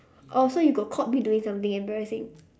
oh so you got caught me doing something embarrassing